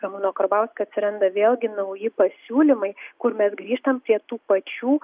ramūno karbauskio atsiranda vėlgi nauji pasiūlymai kur mes grįžtam prie tų pačių